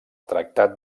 tractat